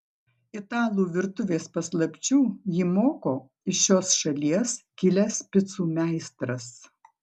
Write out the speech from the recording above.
italų virtuvės paslapčių jį moko iš šios šalies kilęs picų meistras